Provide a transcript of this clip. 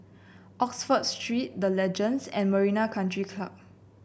Oxford Street The Legends and Marina Country Club